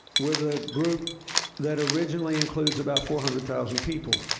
with a group that originally includes about four hundred thousand people.